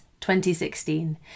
2016